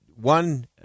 One